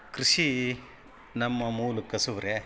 ಕೃಷಿ ನಮ್ಮ ಮೂಲ ಕಸುಬು ರೀ